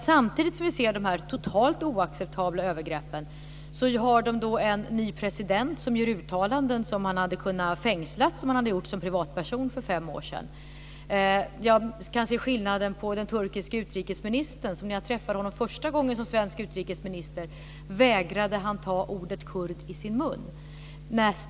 Samtidigt som vi ser totalt oacceptabla övergrepp har man en ny president som gör uttalanden som man som privatperson för fem år sedan hade kunnat fängslas för. Jag kan se en skillnad när det gäller den turkiske utrikesministern. När jag som svensk utrikesminister träffade honom första gången vägrade han att ta ordet kurd i sin mun.